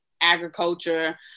agriculture